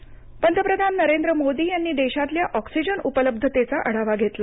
oxygen पंतप्रधान नरेंद्र मोदी यांनी देशातल्या ऑक्सिजन उपलब्धतेचा आढावा घेतला